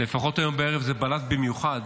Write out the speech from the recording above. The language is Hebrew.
לפחות היום בערב זה בלט במיוחד: